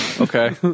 Okay